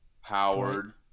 Howard